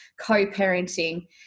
co-parenting